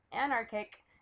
anarchic